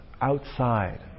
outside